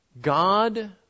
God